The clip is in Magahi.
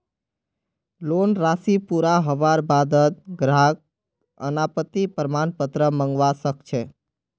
लोन राशि पूरा हबार बा द ग्राहक अनापत्ति प्रमाण पत्र मंगवा स ख छ